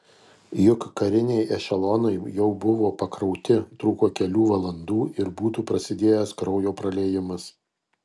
juk kariniai ešelonai jau buvo pakrauti trūko kelių valandų ir būtų prasidėjęs kraujo praliejimas